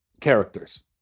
characters